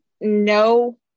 no